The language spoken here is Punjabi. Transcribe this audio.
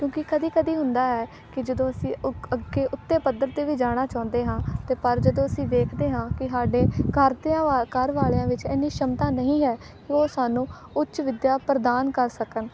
ਕਿਉਂਕਿ ਕਦੀ ਕਦੀ ਹੁੰਦਾ ਹੈ ਕਿ ਜਦੋਂ ਅਸੀਂ ਉਗ ਅੱਗੇ ਉੱਤੇ ਪੱਧਰ 'ਤੇ ਵੀ ਜਾਣਾ ਚਾਹੁੰਦੇ ਹਾਂ ਤੇ ਪਰ ਜਦੋਂ ਅਸੀਂ ਵੇਖਦੇ ਹਾਂ ਕਿ ਸਾਡੇ ਘਰਦਿਆਂ ਘਰ ਵਾਲਿਆਂ ਵਿੱਚ ਇੰਨੀ ਸ਼ਮਤਾ ਨਹੀਂ ਹੈ ਉਹ ਸਾਨੂੰ ਉੱਚ ਵਿੱਦਿਆ ਪ੍ਰਦਾਨ ਕਰ ਸਕਣ